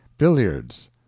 Billiards